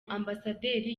ambasaderi